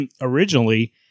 originally